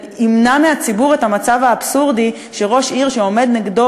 וימנע מהציבור את המצב האבסורדי שראש עיר שעומד נגדו,